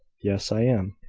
yes i am.